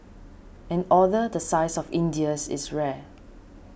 an order the size of India's is rare